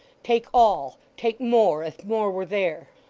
take all, take more if more were there,